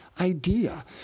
idea